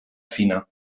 fina